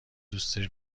دوستش